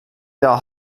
jahr